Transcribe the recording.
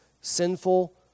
sinful